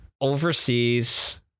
Overseas